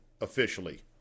officially